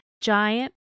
giant